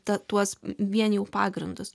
tą tuos vien jau pagrindus